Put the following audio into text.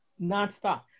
Nonstop